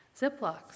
ziplocs